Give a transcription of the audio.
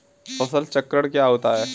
फसल चक्रण क्या होता है?